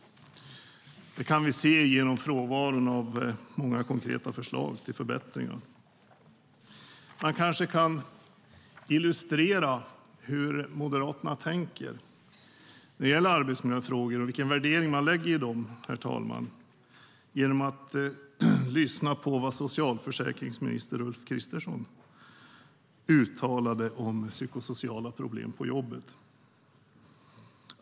Det kan vi se genom frånvaron av konkreta förslag till förbättringar. Hur Moderaterna tänker i arbetsmiljöfrågor och vilken värdering man lägger i dem illustreras genom att lyssna på vad socialförsäkringsminister Ulf Kristersson uttalat om psykosociala problem på jobbet.